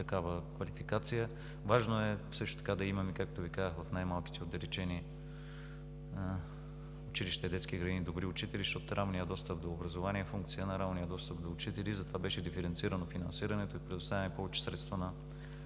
такава квалификация. Важно е също така да имаме, както Ви казах, в най-малките и отдалечени училища и детски градини добри учители, защото ранният достъп до образование е функция на реалния достъп до учители. Затова беше диференцирано финансирането и предоставянето на повече средства на